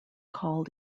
called